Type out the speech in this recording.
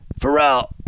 Pharrell